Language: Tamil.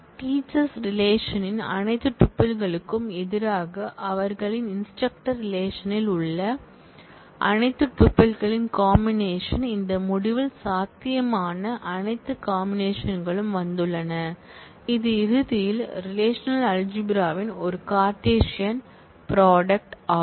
டீச்சர்ஸ் ரிலேஷன்ன் அனைத்து டுப்பில்களுக்கும் எதிராக அவர்களின் இன்ஸ்டிரக்டர் ரிலேஷன்ல் உள்ள அனைத்து டூப்பிள்களின் காமினேஷன் இந்த முடிவில் சாத்தியமான அனைத்து காமினேஷன்களும் வந்துள்ளன இது இறுதியில் ரெலேஷனல்அல்ஜிப்ரா ன் ஒரு கார்ட்டீசியன் தயாரிப்பு ஆகும்